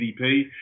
GDP